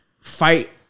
fight